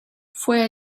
fue